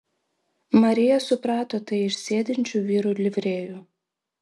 marija suprato tai iš sėdinčių vyrų livrėjų